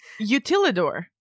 utilidor